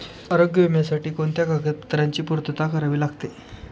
आरोग्य विम्यासाठी कोणत्या कागदपत्रांची पूर्तता करावी लागते?